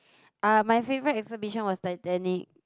uh my favourite exhibition was Titanic